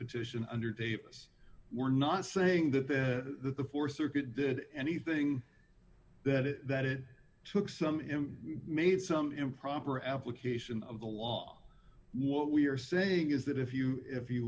petition under davis we're not saying that the th circuit did anything that it that it took some him made some improper application of the law what we're saying is that if you if you